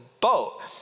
boat